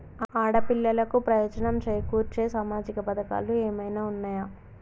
ఆడపిల్లలకు ప్రయోజనం చేకూర్చే సామాజిక పథకాలు ఏమైనా ఉన్నయా?